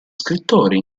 scrittore